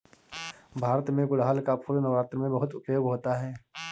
भारत में गुड़हल का फूल नवरात्र में बहुत उपयोग होता है